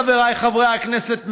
חבריי חברי הכנסת,